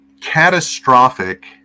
catastrophic